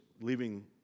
leaving